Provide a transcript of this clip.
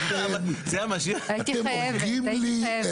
הייתי חייבת.